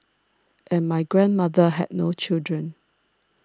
and my grandmother had no children